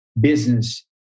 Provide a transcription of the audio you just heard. business